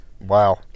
Wow